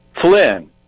Flynn